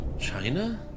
China